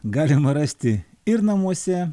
galima rasti ir namuose